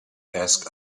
ask